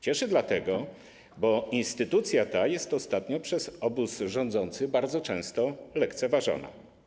Cieszy dlatego, bo instytucja ta jest ostatnio przez obóz rządzący bardzo często lekceważona.